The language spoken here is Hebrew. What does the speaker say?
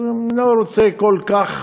אז אני לא רוצה כל כך